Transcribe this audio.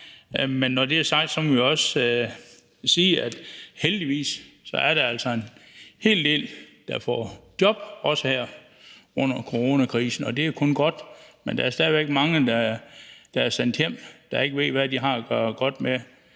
Men når det er sagt, må vi også sige, at heldigvis er der altså en hel del, der får job, også her under coronakrisen. Det er kun godt, men der er stadig væk mange, der er sendt hjem, og som ikke ved, hvad de har at gøre godt med